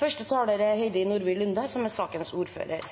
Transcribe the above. Hjelpemiddelordningen er